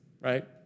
right